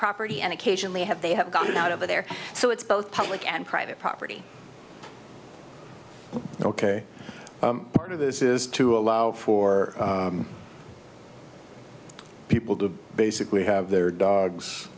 property and occasionally have they have gotten out of there so it's both public and private property ok part of this is to allow for people to basically have their dogs